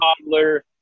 toddler